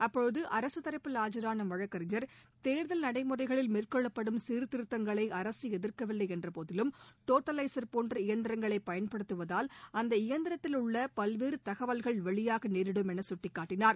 அப்போது அரசு தரப்பில் ஆஜரான வழக்கறிஞர் தேர்தல் நடைமுறைகளில் மேற்கொள்ளப்படும் சீர்திருத்தங்களை அரசு எதிர்க்கவில்லை என்றபோதிலும் டோட்டலைசர் போன்ற எந்திரங்களை பயன்படுத்துவதால் அந்த எந்திரத்தில் உள்ள பல்வேறு தகவல்கள் வெளியாக நேரிடும் என சுட்டிக்காட்டனார்